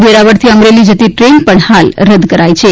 વેરાવળથી અમરેલી જતા ટ્રેન પણ હાલ રદ કરાઇ છે